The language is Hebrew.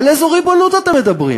על איזה ריבונות אתם מדברים?